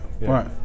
right